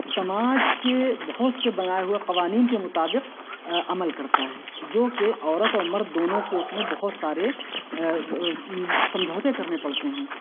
سماج کے بہت سے بنائے ہوئے قوانین کے مطابق عمل کرتا ہے جو کہ عورت اور مرد دونوں کو اُس میں بہت سارے سمجھوتے کرنے پڑتے ہیں